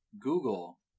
Google